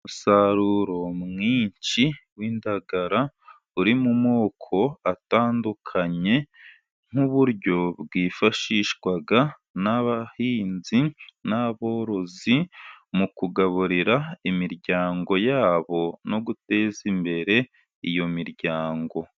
Umusaruro mwinshi w'indagara uri mu moko atandukanye, nk'uburyo bwifashishwa n'abahinzi n'aborozi mu kugaburira imiryango yabo, no guteza imbere iyo miryango.